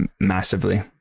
massively